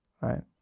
right